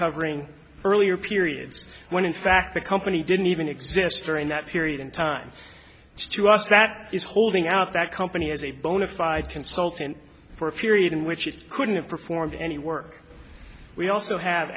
covering earlier periods when in fact the company didn't even exist during that period in time to us that is holding out that company as a bona fide consultant for a period in which it couldn't have performed any work we also have